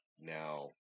Now